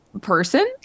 Person